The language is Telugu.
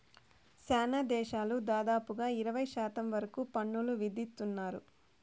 శ్యానా దేశాలు దాదాపుగా ఇరవై శాతం వరకు పన్నులు విధిత్తున్నారు